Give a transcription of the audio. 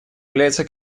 является